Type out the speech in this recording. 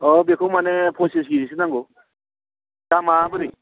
औ बेखौ माने फसिस खिजिसो नांगौ दामा बोरै